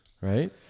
Right